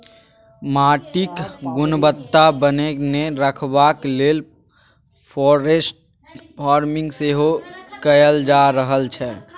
माटिक गुणवत्ता बनेने रखबाक लेल फॉरेस्ट फार्मिंग सेहो कएल जा रहल छै